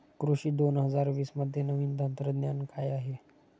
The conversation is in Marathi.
कृषी दोन हजार वीसमध्ये नवीन तंत्रज्ञान काय आहे?